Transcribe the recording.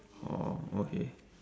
orh okay